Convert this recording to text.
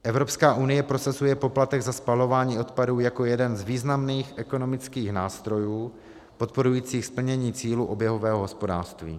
Evropská unie prosazuje poplatek za spalování odpadů jako jeden z významných ekonomických nástrojů podporujících splnění cílů oběhového hospodářství.